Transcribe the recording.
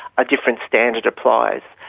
a different standard applies.